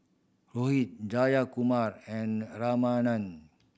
Rohit Jayakumar and Ramanand